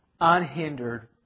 unhindered